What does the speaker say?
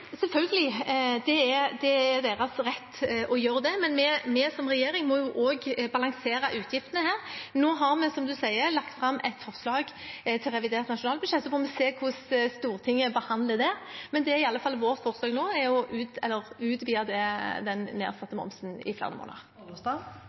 rett å gjøre det, men vi som regjering må også balansere utgiftene. Nå har vi, som representanten sier, lagt fram et forslag til revidert nasjonalbudsjett, og så får vi se hvordan Stortinget behandler det. Men vårt forslag nå er å utvide den nedsatte momsen i flere måneder. Det blir oppfølgingsspørsmål – først Geir Pollestad. Det er